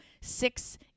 six